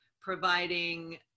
providing